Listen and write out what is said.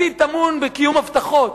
עתיד טמון בקיום הבטחות,